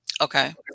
okay